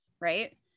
Right